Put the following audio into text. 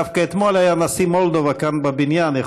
דווקא אתמול היה נשיא מולדובה כאן, בבניין.